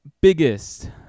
biggest